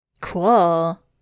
Cool